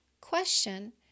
question